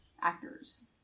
actors